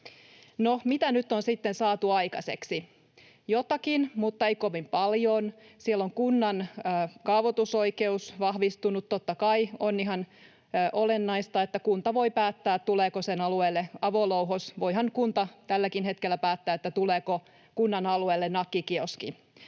sitten saatu aikaiseksi? Jotakin, mutta ei kovin paljoa. Siellä on kunnan kaavoitusoikeus vahvistunut. Totta kai on ihan olennaista, että kunta voi päättää, tuleeko sen alueelle avolouhos. Voihan kunta tälläkin hetkellä päättää, tuleeko kunnan alueelle nakkikioski.